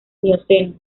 mioceno